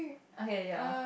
okay ya